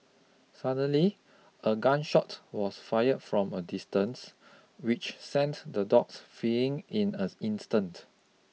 suddenly a gun shot was fire from a distance which sent the dogs fleeing in an instant